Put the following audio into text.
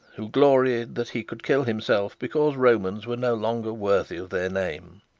who gloried that he could kill himself because romans were no longer worthy of their name.